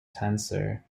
tensor